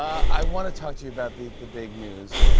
i want to talk to you about the the big news.